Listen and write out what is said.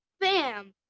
bam